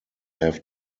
have